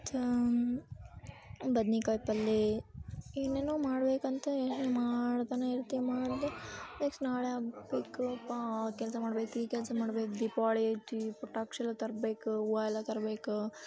ಬದ್ನಿಕಾಯಿ ಪಲ್ಯ ಏನೇನೋ ಮಾಡಬೇಕಂತ ಯೋಚನೆ ಮಾಡ್ತಲೇ ಇರ್ತೀವಿ ಮಾಡದೆ ನೆಕ್ಸ್ಟ್ ನಾಳೆ ಕೆಲಸ ಮಾಡ್ಬೇಕು ಈ ಕೆಲಸ ಮಾಡ್ಬೇಕು ದೀಪಾವಳಿ ಐತಿ ಪಟಾಕಿ ಎಲ್ಲ ತರ್ಬೇಕು ಹೂವ ಎಲ್ಲ ತರಬೇಕು